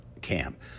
camp